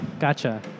Gotcha